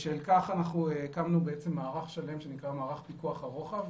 בשל כך הקמנו בתוך הרשות מערך שלם שנקרא מערך פיקוח הרוחב.